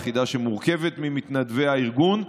יחידה שמורכבת ממתנדבי הארגון,